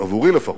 עבורי לפחות,